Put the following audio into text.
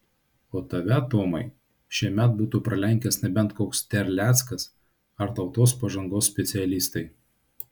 o tave tomai šiemet būtų pralenkęs nebent koks terleckas ar tautos pažangos specialistai